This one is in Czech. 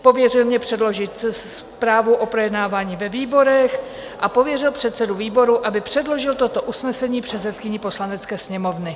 Pověřil mě předložit zprávu o projednávání ve výborech a pověřil předsedu výboru, aby předložil toto usnesení předsedkyni Poslanecké sněmovny.